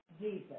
Jesus